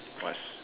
what's